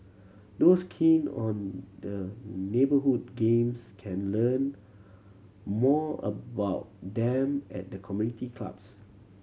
those keen on the neighbourhood games can learn more about them at the community clubs